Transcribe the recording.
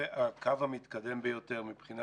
הקו המתקדם ביותר מבחינה